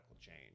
change